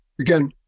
again